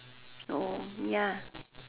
oh ya